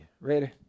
Ready